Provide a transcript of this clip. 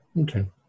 Okay